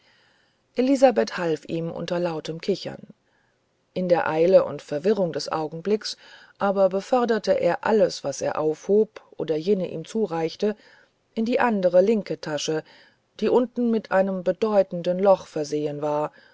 elisabeth half ihm unter lautem kichern in der eile und verwirrung des augenblicks aber beförderte er alles was er aufhob oder jene ihm zureichte in die andere linke tasche die unten mit einem bedeutenden loche versehen war